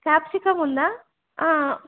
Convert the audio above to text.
capsicum ఉందా